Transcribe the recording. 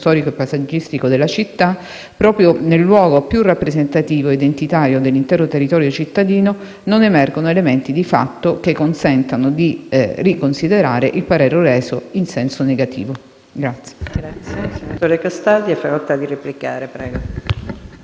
storico e paesaggistico della città, proprio nel luogo più rappresentativo e identitario dell'intero territorio cittadino, non emergono elementi di fatto che consentano di riconsiderare il parere reso in senso negativo.